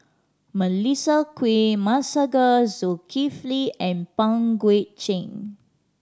Melissa Kwee Masagos Zulkifli and Pang Guek Cheng